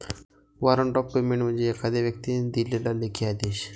warrant of payment म्हणजे एखाद्या व्यक्तीने दिलेला लेखी आदेश